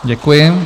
Děkuji.